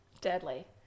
deadly